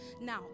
Now